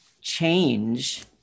change